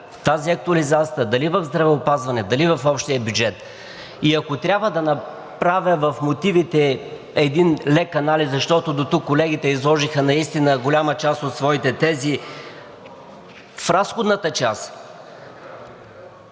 тази актуализация – дали в здравеопазване, дали в общия бюджет. И ако трябва да направя един лек анализ в мотивите, защото дотук колегите изложиха наистина голяма част от своите тези. В разходната част